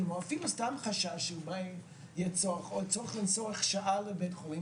או אפילו סתם חשש --- צורך שעה לבית חולים,